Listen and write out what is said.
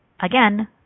Again